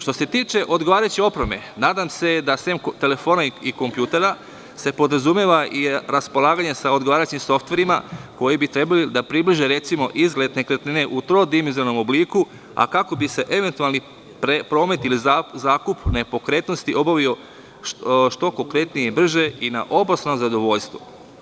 Što se tiče odgovarajuće opreme, nadam se da sem telefona i kompjutera se podrazumeva i raspolaganje sa odgovarajućim softverima, koji bi trebaju da približe recimo, izgled nekretnine u trodemenzionalnom obliku, a kako bi se eventualni promet ili zakup nepokretnosti obavio što konkretnije i brže i na obostrano zadovoljstvo.